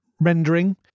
rendering